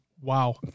Wow